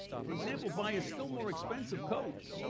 for example, buy a still more expensive coach,